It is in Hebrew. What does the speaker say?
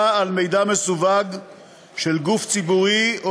והגנה על בני-אדם ורכוש המצוי במבנה או מקום של גוף ציבורי: